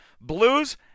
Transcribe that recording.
blues